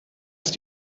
ist